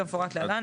כמפורט להלן,